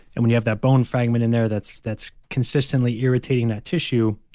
and when you have that bone fragment in there that's that's consistently irritating that tissue,